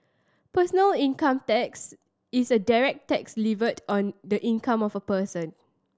personal income tax is a direct tax levied on the income of a person